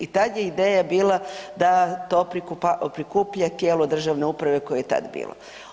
I tad je ideja bila da to prikuplja tijelo državne uprave koje je tad bilo.